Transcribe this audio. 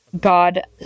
god